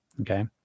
Okay